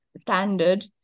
standard